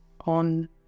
on